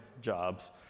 jobs